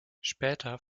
später